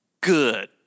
Good